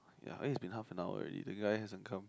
ya eh it's been half an hour already the guy hasn't come